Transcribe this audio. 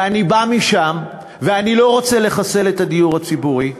ואני בא משם, ואני לא רוצה לחסל את הדיור הציבורי.